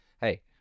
hey